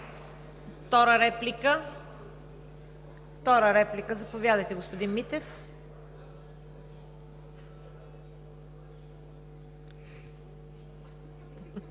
Втора реплика – заповядайте, господин Митев.